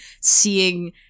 seeing